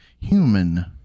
human